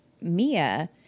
Mia